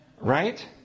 Right